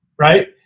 right